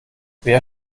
wer